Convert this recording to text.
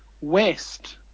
West